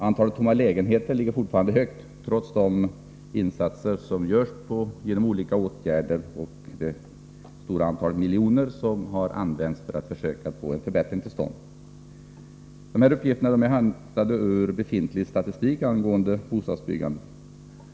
Antalet tomma lägenheter är fortfarande stort, trots de insatser som gjorts och trots det stora antal miljoner kronor som har använts i försöken att få en förbättring till stånd. Dessa uppgifter är hämtade ur befintlig statistik angående bostadsbyggandet.